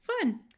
fun